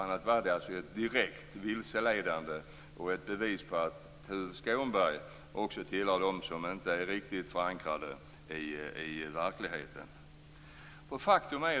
Annars hade påståendet varit direkt vilseledande och ett bevis på att Tuve Skånberg också hör till dem som inte är riktigt förankrade i verkligheten. Herr talman!